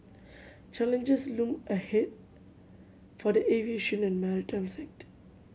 challenges loom ahead for the aviation and maritime sector